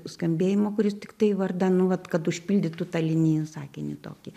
skambėjimo kuris tiktai vardan nu vat kad užpildytų ta linija sakinį tokį